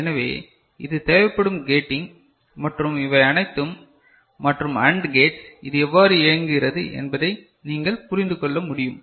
எனவே இது தேவைப்படும் கேட்டிங் மற்றும் இவை அனைத்தும் மற்றும் அண்ட் கேட்ஸ் இது எவ்வாறு இயங்குகிறது என்பதை நீங்கள் புரிந்து கொள்ள முடியும்